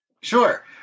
Sure